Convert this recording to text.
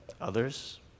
Others